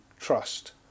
trust